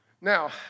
Now